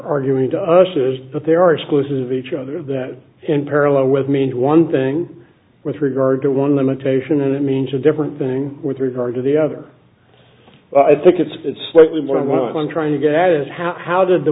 arguing to us is that there are exclusive each other that in parallel with means one thing with regard to one limitation and it means a different thing with regard to the other i think it's been slightly more than one trying to get at is how how did the